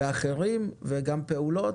ואחרים, וגם פעולות,